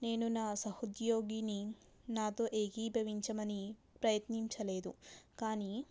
నేను నా సహ ఉద్యోగిని నాతో ఏకీభవించమని ప్రయత్నించలేదు కాని